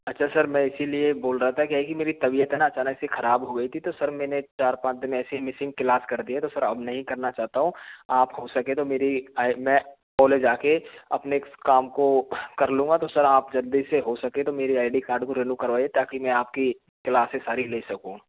अच्छा सर मैं इसीलिए बोल रहा था क्या है की मेरी तबियत है ना अचानक से खराब हो गई थी तो सर मैंने चार पाँच दिन ऐसे ही मिसिंग क्लास कर दी है तो सर अब नहीं करना चाहता हूँ आप हो सके तो मेरी मैं कॉलेज आके अपने काम को कर लूँगा तो सर आप जल्दी से हो सके तो मेरी आई डी कार्ड को रिन्यू करवाइए ताकि मैं आपकी क्लास से सारी ले सकूँ